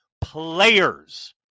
players